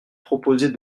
proposer